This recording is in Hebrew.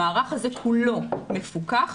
המערך הזה כולו מפוקח,